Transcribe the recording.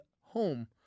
home